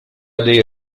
dei